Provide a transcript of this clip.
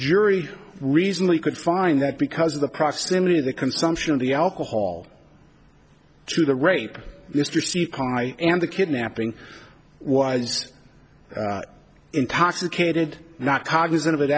jury reasonably could find that because of the prosperity the consumption of the alcohol to the rape and the kidnapping was intoxicated not cognizant of